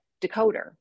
decoder